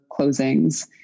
closings